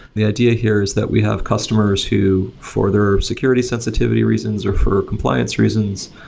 the idea here is that we have customers who, for their security sensitivity reasons or for compliance reasons,